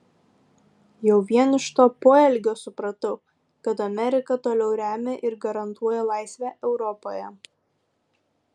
jau vien iš to poelgio supratau kad amerika toliau remia ir garantuoja laisvę europoje